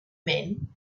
men